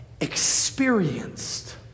experienced